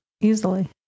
Easily